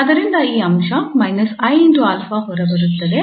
ಆದ್ದರಿಂದ ಈ ಅಂಶ −𝑖𝛼 ಹೊರಬರುತ್ತದೆ